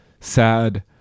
sad